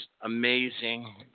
amazing